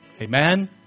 Amen